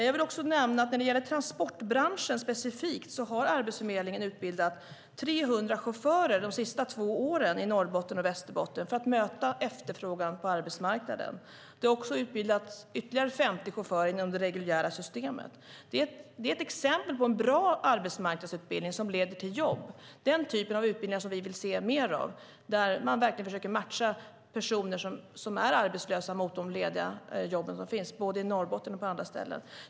Jag vill också nämna att när det gäller transportbranschen specifikt har Arbetsförmedlingen utbildat 300 chaufförer de senaste två åren i Norrbotten och Västerbotten för att möta efterfrågan på arbetsmarknaden. Det har också utbildats ytterligare 50 chaufförer inom det reguljära systemet. Det är ett exempel på en bra arbetsmarknadsutbildning som leder till jobb. Det är denna typ av utbildningar som vi vill se mer av, där man verkligen försöker matcha personer som är arbetslösa mot de lediga jobb som finns både i Norrbotten och på andra ställen.